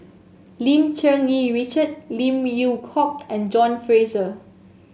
Lim Cherng Yih Richard Lim Yew Hock and John Fraser